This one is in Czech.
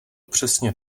přesně